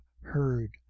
heard